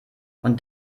und